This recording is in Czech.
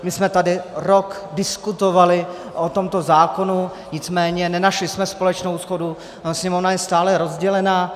My jsme tady rok diskutovali o tomto zákonu, nicméně nenašli jsme společnou shodu, sněmovna je stále rozdělená.